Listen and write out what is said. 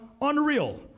unreal